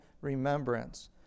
remembrance